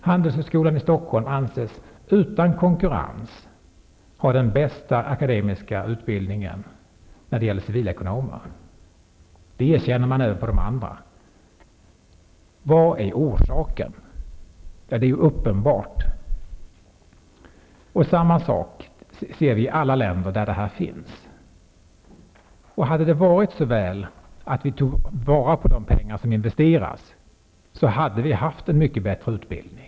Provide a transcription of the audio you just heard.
Handelshögskolan i Stockholm anses utan konkurrens ha den bästa akademiska utbildningen för civilekonomer. Det är något som erkänns på de andra högskolorna. Vad är orsaken? Jo, den är uppenbar. Vi ser samma sak i alla länder där denna situation finns. Hade det varit så väl att vi hade tagit vara på de pengar som investerats, hade vi haft en mycket bättre utbildning.